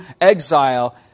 exile